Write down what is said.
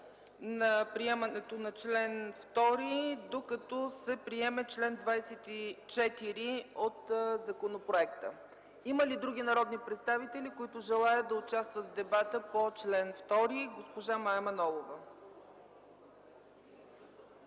на приемането на чл. 2 докато се приеме чл. 24 от законопроекта. Има ли други народни представители, които желаят да участват в дебата по чл. 2? Госпожа Мая Манолова.